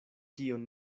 kion